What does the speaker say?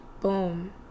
Boom